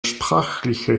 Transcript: sprachliche